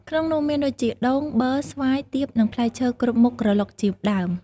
ក្នុងនោះមានដូចជា ដូង ប័រ ស្វាយ ទៀប និងផ្លែឈើគ្រប់មុខក្រឡុកជាដើម។